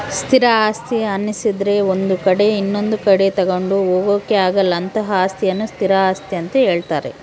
ಸ್ಥಿರ ಆಸ್ತಿ ಅನ್ನಿಸದ್ರೆ ಒಂದು ಕಡೆ ಇನೊಂದು ಕಡೆ ತಗೊಂಡು ಹೋಗೋಕೆ ಆಗಲ್ಲ ಅಂತಹ ಅಸ್ತಿಯನ್ನು ಸ್ಥಿರ ಆಸ್ತಿ ಅಂತ ಹೇಳ್ತಾರೆ